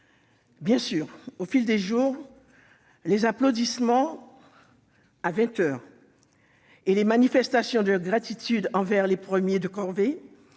Bien sûr, au fil des jours, les applaudissements à vingt heures et les manifestations de gratitude envers les premiers de corvée